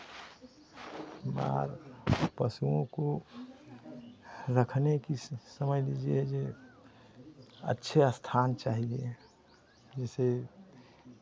बीमार पशुओं को रखने की समझ लीजिये जे अच्छे स्थान चाहिए जैसे